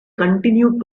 continued